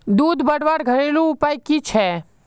दूध बढ़वार घरेलू उपाय की छे?